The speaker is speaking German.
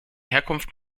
herkunft